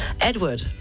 Edward